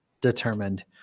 determined